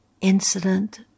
incident